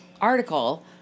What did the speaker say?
article